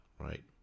right